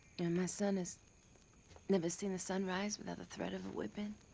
and my son has never seen the sun rise without the threat of a whipping.